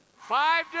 Five